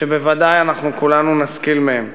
שבוודאי אנחנו כולנו נשכיל מהם.